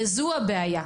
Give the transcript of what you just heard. וזו הבעיה.